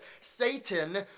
Satan